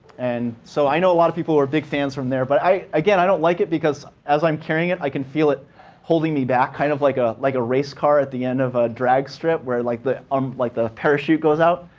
and so i know a lot of people who are big fans from there, but again, i don't like it because, as i'm carrying it, i can feel it holding me back. kind of like ah like a race car at the end of a drag strip, where like the um like the parachute goes out.